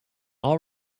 all